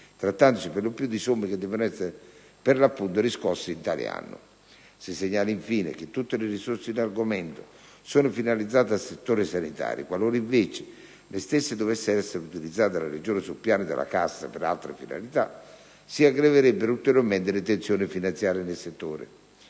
trattandosi per lo più di somme che debbono essere per l'appunto riscosse in tale anno. Si segnala, infine, che tutte le risorse in argomento sono finalizzate al settore sanitario. Qualora, invece, le stesse dovessero essere utilizzate dalla Regione sul piano della cassa per altre finalità, si aggraverebbero ulteriormente le tensioni finanziarie nel settore.